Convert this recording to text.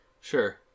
Sure